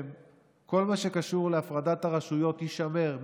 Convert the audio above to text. כל מה שקשור להפרדת הרשויות יישמר,